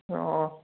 অঁ